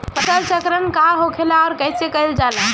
फसल चक्रण का होखेला और कईसे कईल जाला?